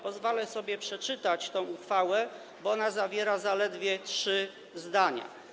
Pozwolę sobie przeczytać tę uchwałę, bo zawiera ona zaledwie trzy zdania.